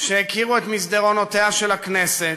שהכירו את מסדרונותיה של הכנסת,